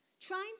trying